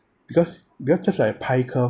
because because just like a pie curve